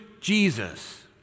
Jesus